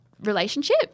relationship